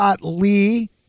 Lee